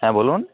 হ্যাঁ বলুন